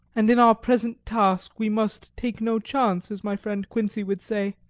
and in our present task we must take no chance, as my friend quincey would say.